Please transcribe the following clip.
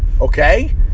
Okay